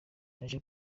uje